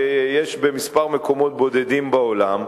שיש במקומות בודדים בעולם.